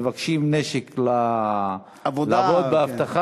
אבל כשהם מבקשים נשק בשביל לעבוד באבטחה,